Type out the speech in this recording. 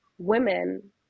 women